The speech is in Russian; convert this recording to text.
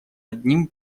одним